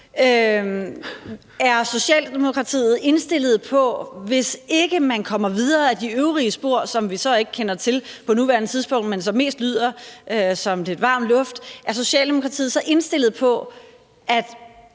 Er Socialdemokratiet indstillet på – hvis ikke man kommer videre ad de øvrige spor, som vi så ikke kender til på nuværende tidspunkt, men som mest lyder som varm luft – igen at se mere nøje på